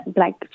Black